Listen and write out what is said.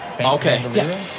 Okay